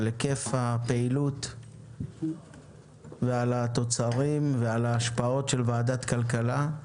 על היקף הפעילות ועל התוצרים וההשפעות של ועדת כלכלה.